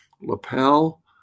lapel